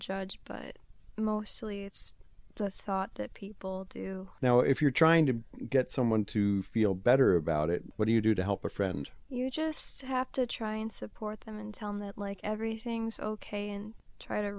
judge but mostly it's just thought that people do now if you're trying to get someone to feel better about it what do you do to help a friend you just have to try and support them and tell them that like everything's ok and try to